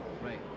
Right